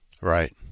Right